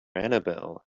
annabelle